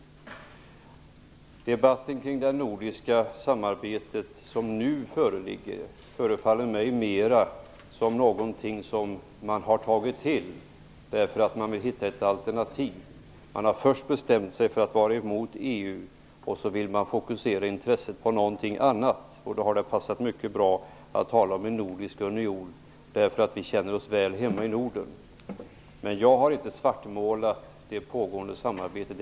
Den nu föreliggande debatten kring det nordiska samarbetet förefaller mig mer som någonting som man har tagit till för att hitta ett alternativ. Först har man bestämt sig för att vara emot EU. Sedan vill man fokusera intresset på något annat. Då har det passat mycket bra att tala om en nordisk union eftersom vi känner oss väl hemma i Norden. Jag har inte svartmålat det pågående samarbetet.